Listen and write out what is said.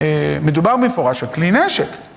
מדובר במפורש על כלי נשק.